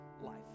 life